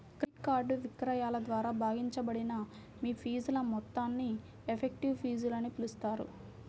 credit card విక్రయాల ద్వారా భాగించబడిన మీ ఫీజుల మొత్తాన్ని ఎఫెక్టివ్ ఫీజులని పిలుస్తారు